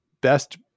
best